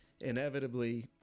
Inevitably